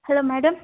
hello madam